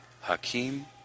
Hakim